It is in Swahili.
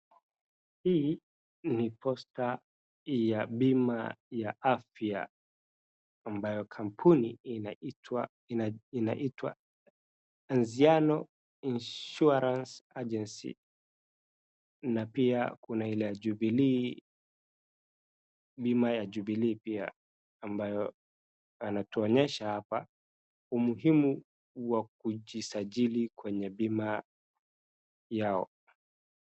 Hii ni posta ya bima ya afya ambayo kampuni inaitwa Anziano insuarance Agency na pia kuna ile ya Jubilee bima ya Jubilee pia ambayo anatuonyesha hapa umuhimu wa kujisajili kwenye bima yao.